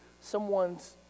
someone's